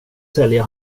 sälja